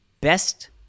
best